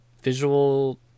visual